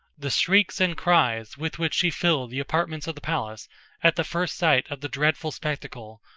the shrieks and cries with which she filled the apartments of the palace at the first sight of the dreadful spectacle,